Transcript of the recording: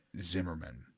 Zimmerman